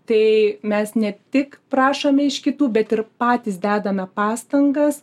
tai mes ne tik prašome iš kitų bet ir patys dedame pastangas